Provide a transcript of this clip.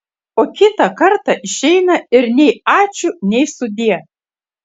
o kitą kartą išeina ir nei ačiū nei sudie